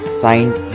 signed